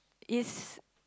is